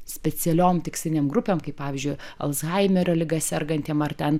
specialiom tikslinėm grupėm kaip pavyzdžiui alzhaimerio liga sergantiems ar ten